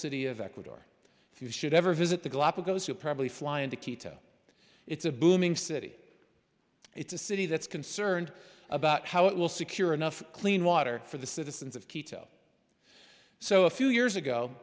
city of ecuador if you should ever visit the galapagos you probably fly into quito it's a booming city it's a city that's concerned about how it will secure enough clean water for the citizens of quito so a few years ago